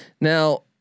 Now